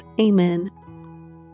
Amen